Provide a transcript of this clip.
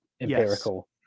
empirical